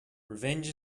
revenge